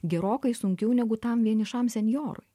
gerokai sunkiau negu tam vienišam senjorui